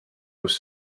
kus